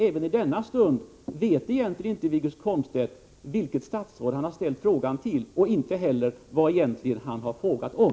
Även i denna stund vet egentligen inte Wiggo Komstedt till vilket statsråd han har ställt frågan och inte heller vad han har frågat om.